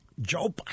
Joe